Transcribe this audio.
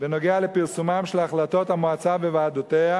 בנוגע לפרסומן של החלטות המועצה וועדותיה,